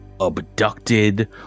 abducted